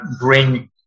bring